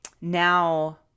now